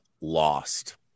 Lost